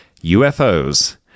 UFOs